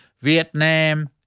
Vietnam